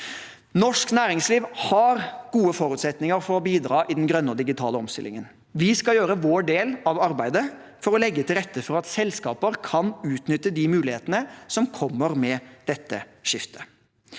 Norsk næringsliv har gode forutsetninger for å bidra i den grønne og digitale omstillingen. Vi skal gjøre vår del av arbeidet for å legge til rette for at selskaper kan utnytte de mulighetene som kommer med dette skiftet.